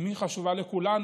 אם היא חשובה לכולנו,